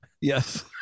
Yes